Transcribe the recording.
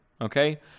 Okay